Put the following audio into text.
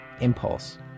impulse